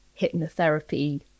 hypnotherapy